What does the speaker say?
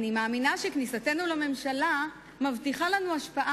אני מאמינה שכניסתנו לממשלה מבטיחה לנו השפעה